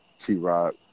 T-Rock